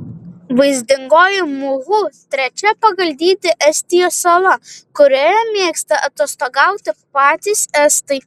vaizdingoji muhu trečia pagal dydį estijos sala kurioje mėgsta atostogauti patys estai